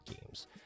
games